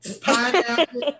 pineapple